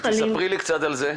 ספרי לי קצת על זה.